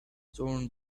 torn